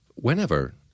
Whenever